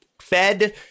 fed